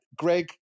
Greg